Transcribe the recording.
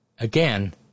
Again